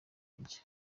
kujya